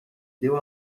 deu